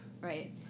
right